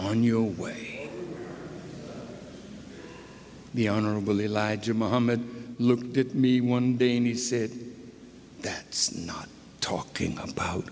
on your way the honorable elijah muhammad looked at me one day and he said that it's not talking about